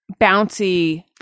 bouncy